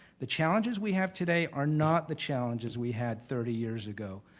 the challenges we have today are not the challenges we had thirty years ago.